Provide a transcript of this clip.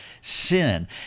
sin